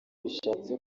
bishatse